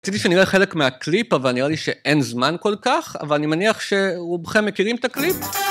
רציתי שנראה חלק מהקליפ אבל נראה לי שאין זמן כל כך, אבל אני מניח שרובכם מכירים את הקליפ?